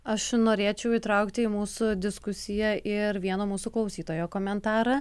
aš norėčiau įtraukti į mūsų diskusiją ir vieno mūsų klausytojo komentarą